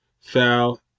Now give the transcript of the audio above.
foul